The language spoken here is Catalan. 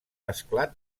esclat